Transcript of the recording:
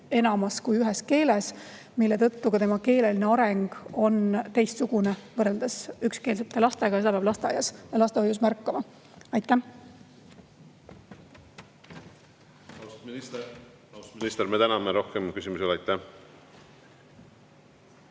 enamas kui ühes keeles, mille tõttu ka tema keeleline areng on teistsugune võrreldes ükskeelsete lastega, ja seda peab lasteaias või lastehoius märkama. Aitäh!